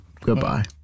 goodbye